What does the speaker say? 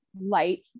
light